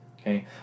Okay